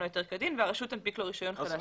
או היתר כדין והרשות תנפיק לו רישיון חדש.